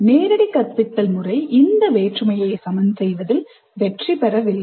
நேரடி கற்பித்தல் முறை இந்த வேற்றுமையை சமன் செய்வதில் வெற்றி பெறவில்லை